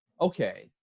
okay